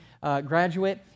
graduate